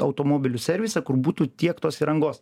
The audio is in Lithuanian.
automobilių servisą kur būtų tiek tos įrangos